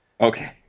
Okay